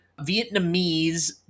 Vietnamese